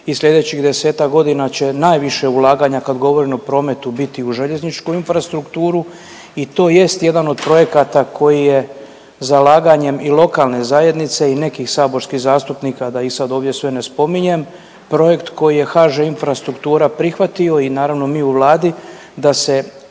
i sljedećih desetak godina će najviše ulaganja kad govorim o prometu biti u željezničku infrastrukturu i to jest jedan od projekata koji je zalaganjem i lokalne zajednice i nekih saborskih zastupnika da ih sad ovdje sve ne spominjem projekt koji je HŽ Infrastruktura prihvatio i naravno mi u Vladi da se